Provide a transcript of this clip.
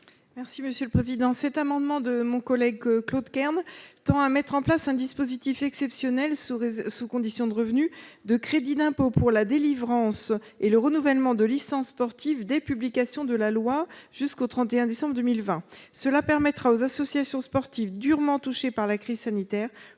Mme Nadia Sollogoub. Cet amendement, proposé par Claude Kern, tend à mettre en place un dispositif exceptionnel, sous condition de revenus, de crédit d'impôt pour la délivrance et le renouvellement de licences sportives dès publication de la loi et jusqu'au 31 décembre 2020. Cela permettra aux associations sportives, durement touchées par la crise sanitaire,